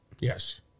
Yes